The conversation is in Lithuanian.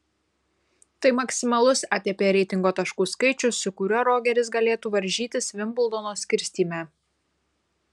tai maksimalus atp reitingo taškų skaičius su kuriuo rogeris galėtų varžytis vimbldono skirstyme